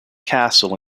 castle